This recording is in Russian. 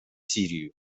сирию